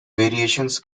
variations